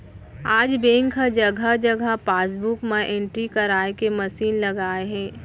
आज बेंक ह जघा जघा पासबूक म एंटरी कराए के मसीन लगाए हे